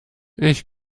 ich